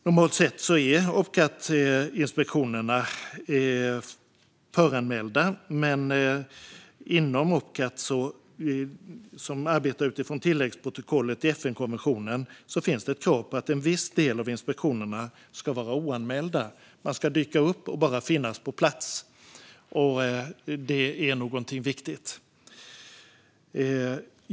Normalt sett är Opcat-inspektionerna föranmälda, men inom Opcat, som arbetar utifrån tilläggsprotokollet i FN-konventionen, finns det ett krav på att en viss del av inspektionerna ska vara oanmälda. Man ska dyka upp och bara finnas på plats. Detta är viktigt.